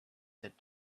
said